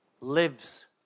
lives